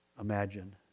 imagine